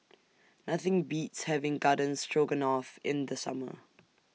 Nothing Beats having Garden Stroganoff in The Summer